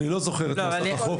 אני לא זוכר את נוסח החוק.